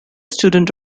student